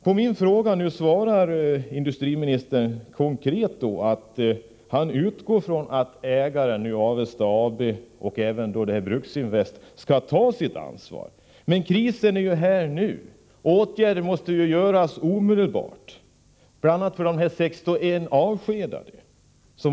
På min fråga svarar industriministern konkret att han utgår från att ägaren, Avesta AB, och även Bruksinvest, skall ta sitt ansvar. Men krisen är ju här nu! Åtgärder måste vidtas omedelbart, bl.a. för de 61 avskedade.